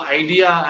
idea